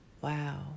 Wow